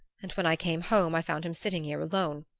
and when i came home i found him sitting here alone.